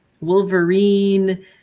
Wolverine